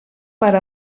per